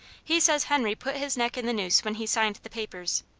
he says henry put his neck in the noose when he signed the papers.